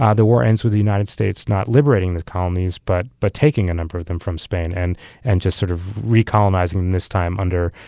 ah the war ends with the united states not liberating the colonies but by taking a number of them from spain and and just sort of recolonizing them, this time under,